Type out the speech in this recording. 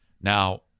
now